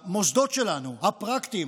המוסדות שלנו הפרקטיים,